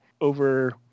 over